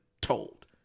told